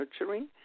nurturing